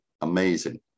Amazing